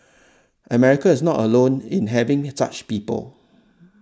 America is not alone in having such people